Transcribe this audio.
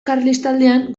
karlistaldian